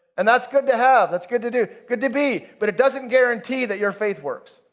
and that's good to have, that's good to do, good to be but it doesn't guarantee that your faith works.